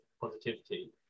positivity